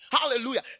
Hallelujah